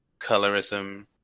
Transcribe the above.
colorism